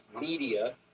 media